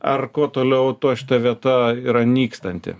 ar kuo toliau tuo šita vieta yra nykstanti